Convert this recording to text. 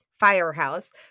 Firehouse